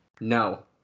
No